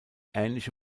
ähnliche